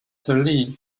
lee